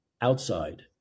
outside